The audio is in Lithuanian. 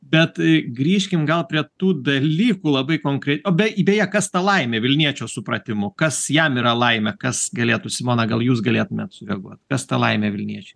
bet grįžkim gal prie tų dalykų labai konkre o be beje kas ta laimė vilniečio supratimu kas jam yra laimė kas galėtų simona gal jūs galėtumėt sureaguot kas ta laimė vilniečiui